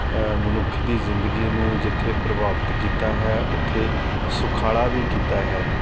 ਮਨੁੱਖ ਦੀ ਜ਼ਿੰਦਗੀ ਨੂੰ ਜਿੱਥੇ ਪ੍ਰਭਾਵਿਤ ਕੀਤਾ ਹੈ ਉੱਥੇ ਸੁਖਾਲਾ ਵੀ ਕੀਤਾ ਹੈ